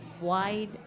wide